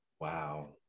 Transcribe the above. Wow